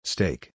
Steak